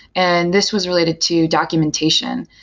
and this was re lated to documentation.